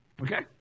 Okay